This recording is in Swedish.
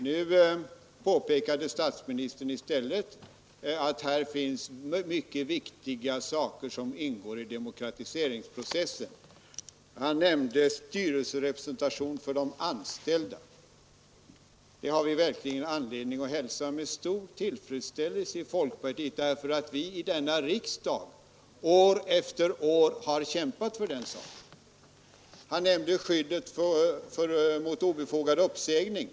Nu påpekade statsministern i stället att här finns mycket viktiga saker som ingår i demokratiseringsprocessen. Han nämnde styrelserepresentation för de anställda. Det har vi verkligen anledning att hälsa med stor tillfredsställelse i folkpartiet, eftersom vi i denna fråga år efter år har kämpat för den saken. Han nämnde skyddet mot obefogade uppsägningar.